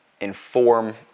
inform